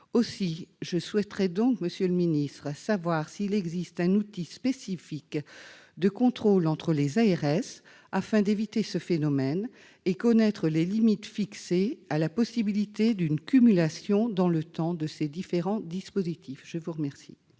Aussi, je souhaiterais savoir s'il existe un outil spécifique de contrôle entre les ARS afin d'éviter ce phénomène et de connaître les limites fixées à la possibilité d'une cumulation dans le temps de ces différents dispositifs. La parole